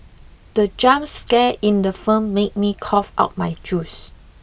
the jump scare in the firm made me cough out my juice